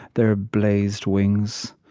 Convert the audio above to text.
their blazed wings.